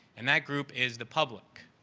and that group is the public.